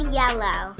yellow